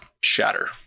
shatter